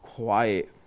quiet